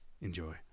Enjoy